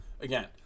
Again